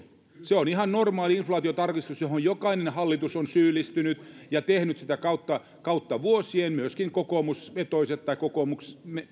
se on ihan normaali inflaatiotarkistus johon jokainen hallitus on syyllistynyt ja jota ovat tehneet kautta vuosien myöskin kokoomusvetoiset hallitukset tai hallitukset joissa